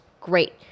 great